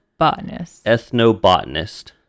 Ethnobotanist